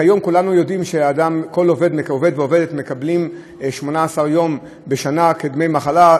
כיום כולנו יודעים שכל עובד ועובדת מקבלים 18 יום בשנה כדמי מחלה,